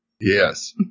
Yes